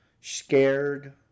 scared